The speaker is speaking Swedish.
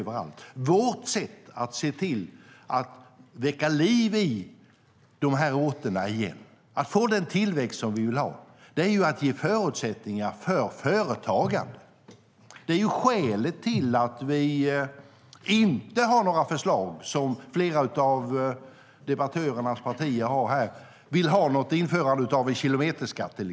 Vårt sätt att se till att väcka liv i dessa orter igen och skapa den tillväxt som vi vill ha är att ge förutsättningar för företagande. Det är skälet till att vi inte har några sådana förslag som flera av debattörerna här har. De vill till exempel införa en kilometerskatt.